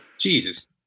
jesus